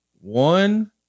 one